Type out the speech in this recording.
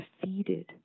defeated